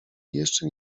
jeszcze